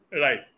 Right